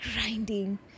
grinding